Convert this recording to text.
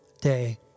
day